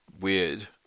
weird